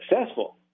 successful